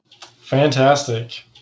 Fantastic